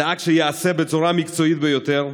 דאג שייעשה בצורה המקצועית ביותר,